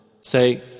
Say